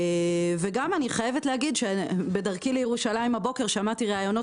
אני חייבת לומר שבדרכי לירושלים הבוקר שמעתי ראיונות